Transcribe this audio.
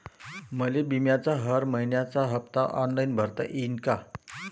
मले बिम्याचा हर मइन्याचा हप्ता ऑनलाईन भरता यीन का?